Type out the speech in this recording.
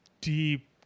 deep